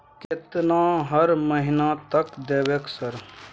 केतना हर महीना तक देबय सर?